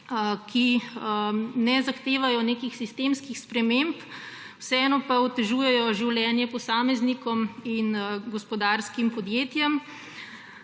ki ne zahtevajo nekih sistemskih sprememb, vseeno pa otežujejo življenje posameznikom in gospodarskim podjetjem.